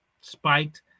spiked